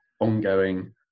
ongoing